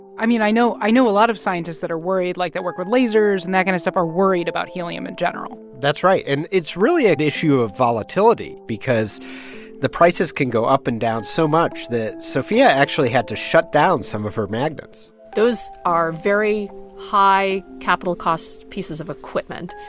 i mean, i know i know a lot of scientists that are worried like, that work with lasers and that kind of stuff are worried about helium in general that's right. and it's really an issue of volatility because the prices can go up and down so much that sophia actually had to shut down some of her magnets those are very high capital-cost pieces of equipment.